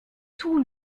tout